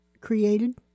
created